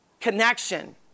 connection